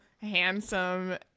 handsome